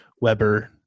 Weber